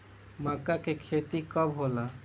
मक्का के खेती कब होला?